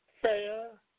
fair